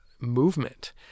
movement